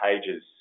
pages